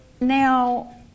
Now